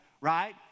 right